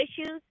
issues